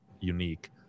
unique